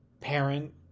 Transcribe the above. parent